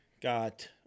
got